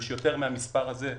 ויש יותר מהמספר הזה,